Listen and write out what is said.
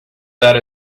that